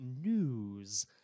News